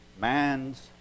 man's